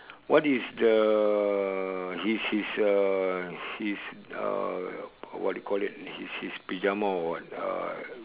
what is the his his uh his uh what you call it his his pajama or what uh